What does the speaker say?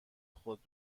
خود